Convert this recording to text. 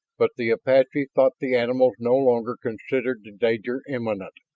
but the apache thought the animals no longer considered the danger immediate.